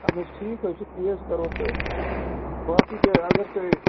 اہن حظ ٹھیٖک حظ چھُ تی حظ کَرو تہٕ باقٕے جاے اگر تۄہہِ